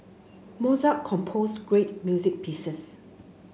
Mozart composed great music pieces